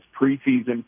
preseason